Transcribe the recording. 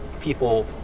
people